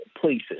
places